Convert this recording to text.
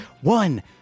one